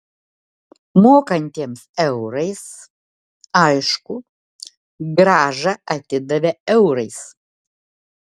mokantiems eurais aišku grąžą atidavė eurais